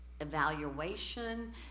evaluation